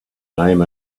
name